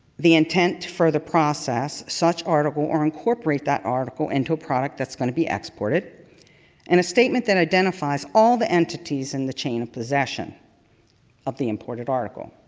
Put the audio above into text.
the intent for the process, such article or incorporate that article into a product that's going to be exported. and a statement that identifies all the entities in the chain of possession of the imported article.